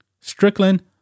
Strickland